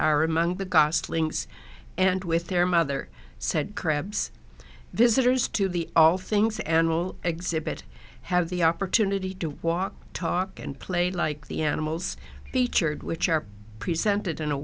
are among the goslings and with their mother said crabs visitors to the all things and will exhibit have the opportunity to walk talk and play like the animals featured which are presented in a